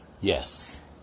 Yes